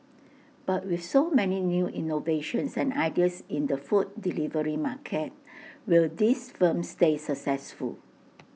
but with so many new innovations and ideas in the food delivery market will these firms stay successful